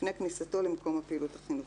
לפני כניסתו למקום הפעילות החינוכית.